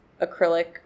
acrylic